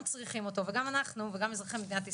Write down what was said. צריכים אותו וגם אנחנו וגם אזרחי מדינת ישראל,